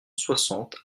soixante